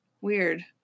weird